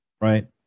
right